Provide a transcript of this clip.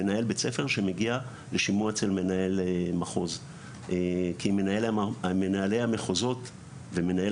מנהל בית ספר שמגיע לשימוע אצל מנהל מחוז כי מנהלי המחוזות ומנהל